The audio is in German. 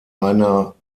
einer